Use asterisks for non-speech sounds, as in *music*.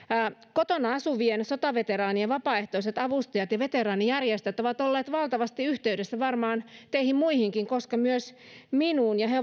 kotona asuvien sotaveteraanien vapaaehtoiset avustajat ja veteraanijärjestöt ovat olleet valtavasti yhteydessä varmaan teihin muihinkin koska myös minuun ja he *unintelligible*